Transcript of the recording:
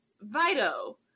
Vito